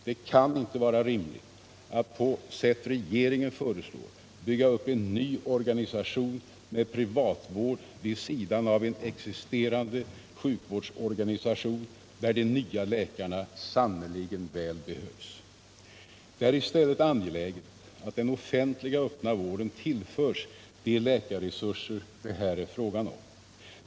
Det kan inte vara rimligt att på det sätt som regeringen föreslår bygga upp en ny organisation med privatvård vid sidan av en existerande sjukvårdsorga Nr 49 nisation där de nya läkarna sannerligen väl behövs. Det är i stället an geläget att den offentliga öppna vården tillförs de läkarresurser som det här är fråga om.